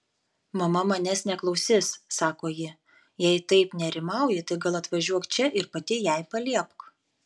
mama manęs neklausys sako ji jei taip nerimauji tai gal atvažiuok čia ir pati jai paliepk